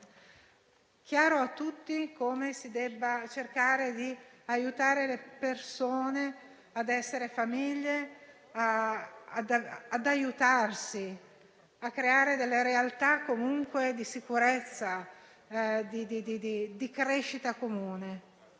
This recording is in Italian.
chiaro a tutti che si debba cercare di aiutare le persone ad essere famiglia, ad aiutarsi, a creare delle realtà di sicurezza e di crescita comune.